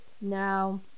now